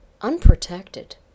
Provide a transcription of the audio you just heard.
unprotected